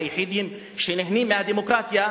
היחידים שנהנים מהדמוקרטיה,